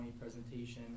presentation